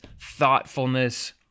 thoughtfulness